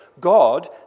God